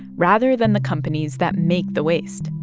rather than the companies that make the waste?